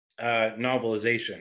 novelization